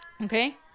Okay